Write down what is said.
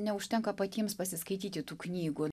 neužtenka patiems pasiskaityti tų knygų